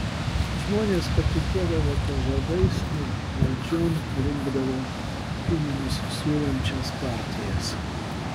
žmonės patikėdavo pažadais ir valdžion rinkdavo pinigus siūlančias partijas